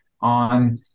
on